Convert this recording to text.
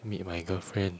meet my girlfriend